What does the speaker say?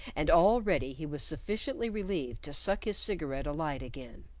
and already he was sufficiently relieved to suck his cigarette alight again.